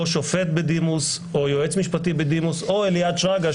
שופט בדימוס או יועץ משפטי בדימוס או אליעד שרגא,